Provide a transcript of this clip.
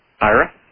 Ira